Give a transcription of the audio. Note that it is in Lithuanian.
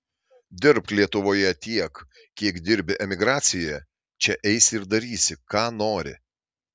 dirbk lietuvoje tiek kiek dirbi emigracijoje čia eisi ir darysi ką nori